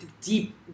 deep